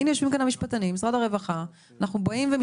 הנה יושבים כאן המשפטנים,